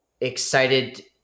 excited